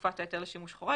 מתקופת ההיתר לשימוש חורג,